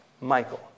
Michael